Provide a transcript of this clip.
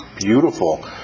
Beautiful